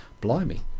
Blimey